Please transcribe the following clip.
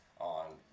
on